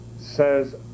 says